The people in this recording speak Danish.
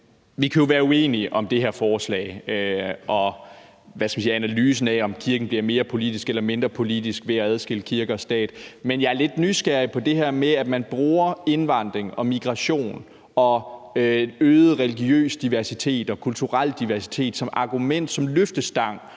Vi kan jo være uenige om det her forslag og, hvad skal vi sige, analysen af, om kirken bliver mere politisk eller mindre politisk ved at adskille kirke og stat. Men jeg er lidt nysgerrig på det her med, at man bruger indvandring og migration og øget religiøs diversitet og kulturel diversitet som argument for, som løftestang